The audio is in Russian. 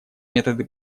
методы